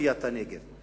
מאוכלוסיית הנגב.